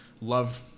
Love